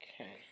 Okay